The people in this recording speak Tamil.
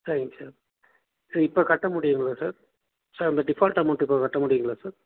சரிங்க சார் இப்போ கட்ட முடியுங்களா சார் சார் அந்த டிஃபால்ட் அமௌண்ட் இப்போ கட்ட முடியுங்களா சார்